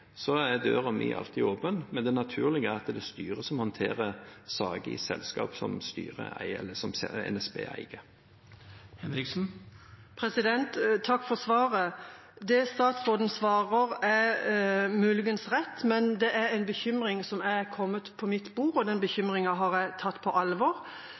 alltid åpen. Men det er naturlig at styret håndterer saker i selskap som NSB eier. Takk for svaret. Det statsråden svarer, er muligens rett. Men det er en bekymring som er kommet på mitt bord, og bekymringen når det gjelder denne personen, har jeg tatt på alvor.